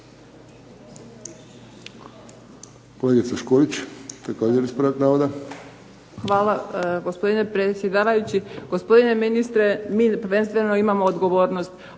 Kolegica Škulić, također ispravak navoda. **Škulić, Vesna (SDP)** Hvala gospodine predsjedavajući. Gospodine ministre mi prvenstveno imamo odgovornost,